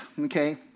okay